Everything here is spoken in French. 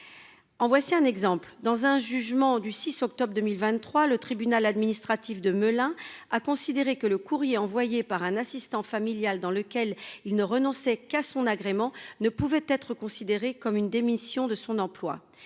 à leur mission. Dans un jugement du 6 octobre 2023, le tribunal administratif de Melun a considéré que le courrier envoyé par un assistant familial dans lequel celui ci ne renonce qu’à son agrément ne peut être considéré comme une lettre de démission.